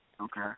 Okay